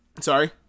Sorry